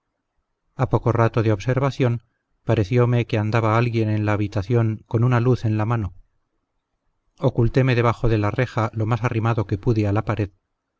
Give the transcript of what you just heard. a poco rato de observación parecióme que andaba alguien en la habitación con una luz en la mano ocultéme debajo de la reja lo más arrimado que pude a la pared